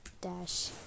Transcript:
Dash